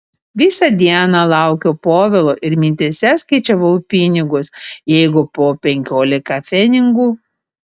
visą dieną laukiau povilo ir mintyse skaičiavau pinigus jeigu po penkiolika pfenigų